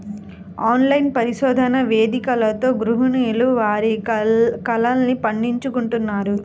online పరిశోధన వేదికలతో గృహిణులు వారి కలల్ని పండించుకుంటున్నారు